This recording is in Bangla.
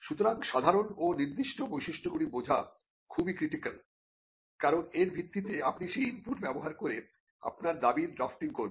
সুতরাং সাধারণ ও নির্দিষ্ট বৈশিষ্ট্যগুলি বোঝা খুবই ক্রিটিকাল কারণ এর ভিত্তিতে আপনি সেই ইনপুট ব্যবহার করে আপনার দাবির ড্রাফটিং করবেন